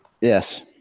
Yes